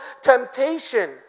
temptation